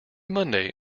monday